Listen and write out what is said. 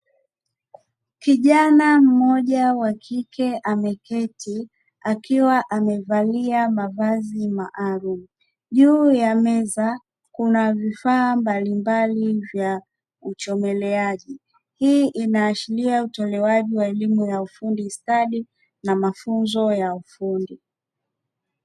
Kijana mmoja wa kike ameketi akiwa amevalia mavazi maalum, juu ya meza kuna vifaa mbalimbali vya uchomeleaji. Hii inaashiria utolewaji wa elimu ya ufundi stadi na mafunzo ya ufundi.